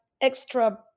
extra